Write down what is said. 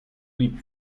líp